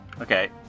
Okay